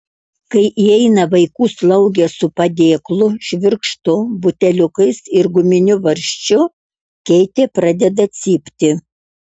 kai įeina vaikų slaugė su padėklu švirkštu buteliukais ir guminiu varžčiu keitė pradeda cypti